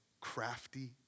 crafty